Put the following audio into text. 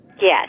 Yes